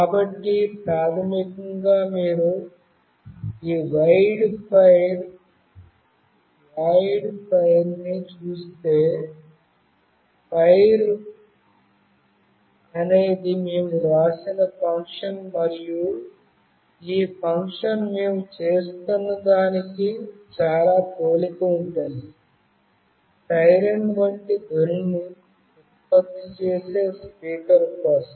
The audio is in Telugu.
కాబట్టి ప్రాథమికంగా మీరు ఈ వైడ్ ఫైర్ ని చూస్తే ఫైర్ అనేది మేము వ్రాసిన ఫంక్షన్ మరియు ఈ ఫంక్షన్ మేము చేస్తున్న దానికి చాలా పోలిక ఉంటుంది సైరెన్ వంటి ధ్వని ను ఉత్పత్తి చేసే స్పీకర్ కోసం